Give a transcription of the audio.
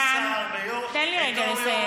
גדעון סער, תן לי רגע לסיים.